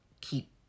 keep